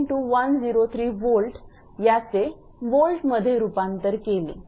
11 ×103 𝑉 याचे वोल्ट मध्ये रूपांतर केले